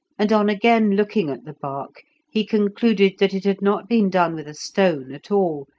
and on again looking at the bark he concluded that it had not been done with a stone at all,